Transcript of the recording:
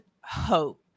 hope